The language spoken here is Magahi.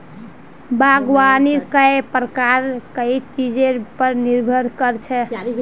बागवानीर कई प्रकार कई चीजेर पर निर्भर कर छे